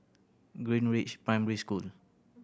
Greenridge Primary School